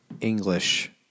English